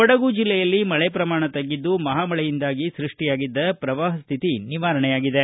ಕೊಡಗು ಜಲ್ಲೆಯಲ್ಲಿ ಮಳೆ ಪ್ರಮಾಣ ತಗ್ಗಿದ್ದು ಮಹಾಮಳೆಯಿಂದಾಗಿ ಸೃಷ್ಟಿಯಾಗಿದ್ದ ಪ್ರವಾಹ ಸ್ಕಿತಿ ನಿವಾರಣೆಯಾಗಿದೆ